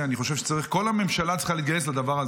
אני חושב שכל הממשלה צריכה להתגייס לדבר הזה.